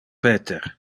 peter